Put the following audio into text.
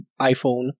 iPhone